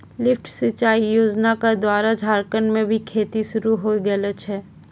lift सिंचाई योजना क द्वारा झारखंड म भी खेती शुरू होय गेलो छै